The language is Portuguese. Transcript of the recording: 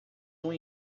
uma